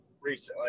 recently